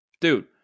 dude